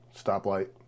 Stoplight